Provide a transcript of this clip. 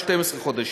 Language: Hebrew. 12 חודשים.